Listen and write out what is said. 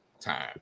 time